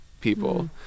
people